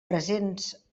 presents